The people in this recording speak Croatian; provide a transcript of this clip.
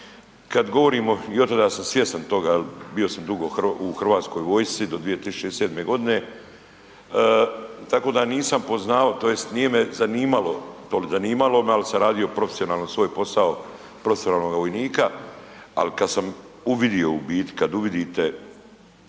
kad govorimo i od tada sam svjestan toga jer bio sam dugo u Hrvatskoj vojsci do 2007. godine tako da nisam poznavao tj. nije me zanimalo to, zanimalo me al sam radio profesionalno svoj posao profesionalnoga vojnika, ali kad sam uvidio u biti, kad uvidite